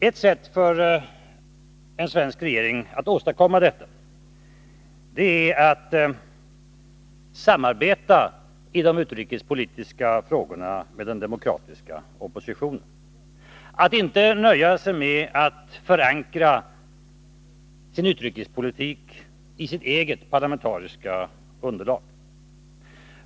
Ett sätt för en svensk regering att åstadkomma detta är att i de utrikespolitiska frågorna samarbeta med den demokratiska oppositionen, att inte bara förankra sin utrikespolitik i sitt eget parlamentariska underlag.